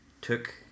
took